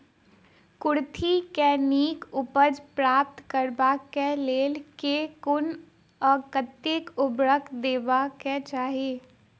कुर्थी केँ नीक उपज प्राप्त करबाक लेल केँ कुन आ कतेक उर्वरक देबाक चाहि?